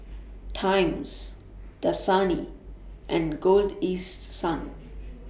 Times Dasani and Golden East Sun